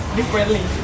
differently